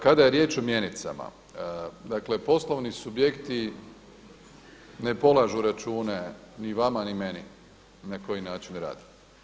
Kada je riječ o mjenicama, dakle poslovni subjekti ne polažu račune ni vama ni meni na koji način rade.